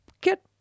get